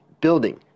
building